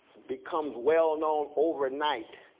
becomes well known overnight.